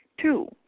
Two